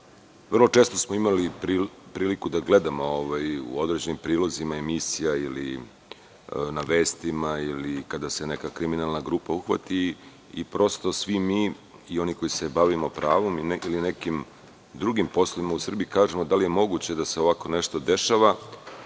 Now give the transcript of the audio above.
često smo imali priliku da gledamo u određenim prilozima emisija ili na vestima ili kada se neka kriminalna grupa uhvati i svi mi i oni koji se bavimo pravom ili nekim drugim poslovima u Srbiji, kažemo – da li je moguće da se ovako nešto dešava?